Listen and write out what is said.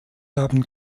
haben